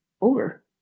over